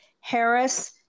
Harris